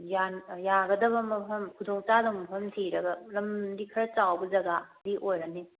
ꯌꯥꯒꯗꯕ ꯃꯐꯝ ꯈꯨꯗꯣꯡ ꯆꯥꯒꯗꯧꯕ ꯃꯐꯝ ꯊꯤꯔꯒ ꯂꯝꯗꯤ ꯈꯔ ꯆꯥꯎꯕ ꯖꯒꯥꯗꯤ ꯑꯣꯏꯔꯅꯤ